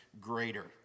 greater